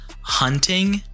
hunting